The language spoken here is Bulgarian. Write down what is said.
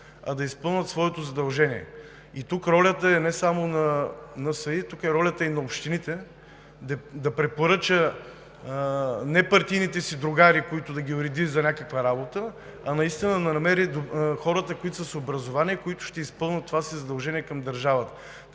а да изпълнят своето задължение. Тук ролята е не само на НСИ, тук ролята е и на общините – да препоръчат не партийните си другари, които да ги уредят за някаква работа, а наистина да намерят образовани хора, които ще изпълнят това задължение към държавата.